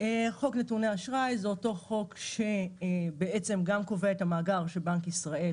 חוק נתוני אשראי הוא החוק שקובע את המאגר שבנק ישראל